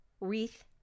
wreath